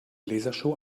lasershow